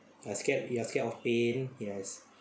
ah scared we are scared of pain yes